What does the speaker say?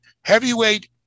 heavyweight